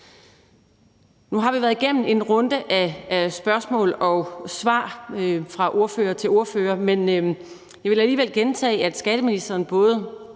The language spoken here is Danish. Nu har vi været igennem en runde af spørgsmål og svar fra ordfører til ordfører, men jeg vil alligevel gentage, at skatteministeren i både